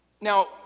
Now